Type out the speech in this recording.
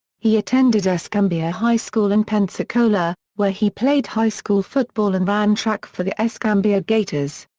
he attended escambia high school in pensacola, where he played high school football and ran track for the escambia gators.